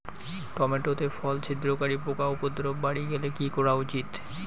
Tomato তে ফল ছিদ্রকারী পোকা উপদ্রব বাড়ি গেলে কি করা উচিৎ?